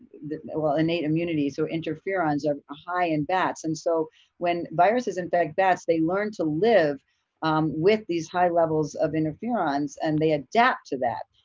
well innate immunity. so interferons are high in bats, and so when viruses infect bats they learn to live with these high levels of interferons and they adapt to that.